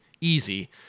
easy